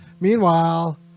Meanwhile